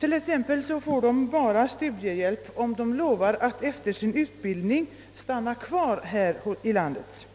De får t.ex. studiehjälp enbart i det fall de lovar att efter sin utbildning stanna kvar här i landet.